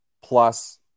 plus